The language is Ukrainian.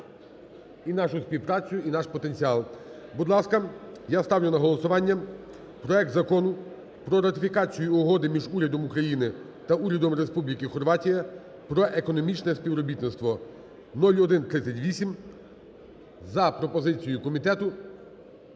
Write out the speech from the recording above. і нашу співпрацю, і наш потенціал. Будь ласка, я ставлю на голосування проект Закону "Про ратифікацію Угоди між Урядом України та Урядом Республіки Хорватія про економічне співробітництво" (0138) за пропозицією комітету